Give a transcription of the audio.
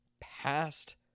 past